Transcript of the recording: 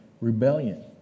Rebellion